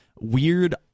weird